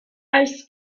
als